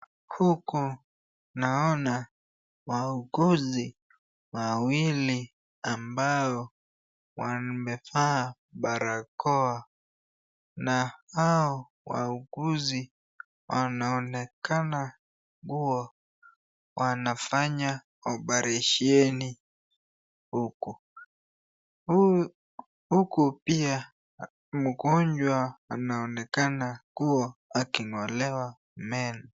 Huku naona wauguzi wawili ambao wamevaa barakoa na hao wauguzi wanaonekana kuwa wanfanya operesheni huku, huku pia mgonjwa anaonekana kuwa akingolewa meno.